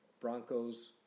Broncos